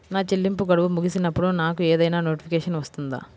నా చెల్లింపు గడువు ముగిసినప్పుడు నాకు ఏదైనా నోటిఫికేషన్ వస్తుందా?